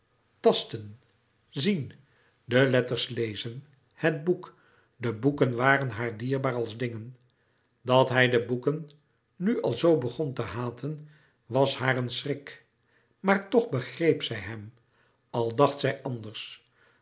tasten zien de letters lezen het boek de boeken waren haar dierbaar als dingen dat hij de boeken nu al zoo begon te haten was haar een schrik maar toch begreep zij hem al dacht zij anders